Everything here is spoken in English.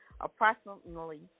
approximately